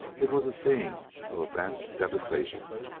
it was a scene of a vast devastation.